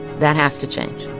that has to change